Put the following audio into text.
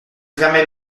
fermez